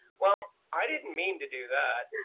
well, i didn't mean to do that.